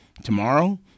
Tomorrow